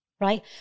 right